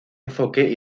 enfoque